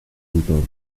entorn